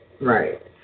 right